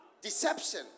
Deception